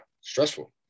stressful